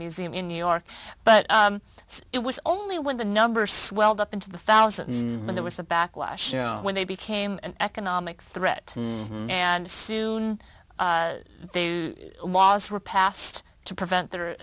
museum in new york but it was only when the number swelled up into the thousands when there was a backlash own when they became an economic threat and soon they laws were passed to prevent the